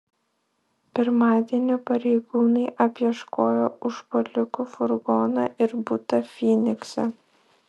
pirmadienį pareigūnai apieškojo užpuolikų furgoną ir butą fynikse